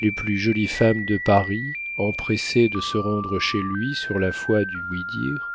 les plus jolies femmes de paris empressées de se rendre chez lui sur la foi du ouï-dire